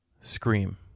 Scream